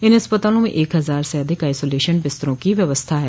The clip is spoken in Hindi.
इन अस्पतालों में एक हजार से अधिक आइसोलेशन बिस्तरों की व्यवस्था है